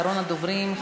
אחרון הדוברים,